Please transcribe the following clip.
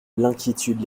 l’inquiétude